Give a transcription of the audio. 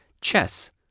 Chess